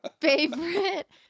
favorite